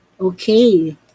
Okay